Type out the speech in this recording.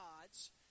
gods